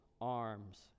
arms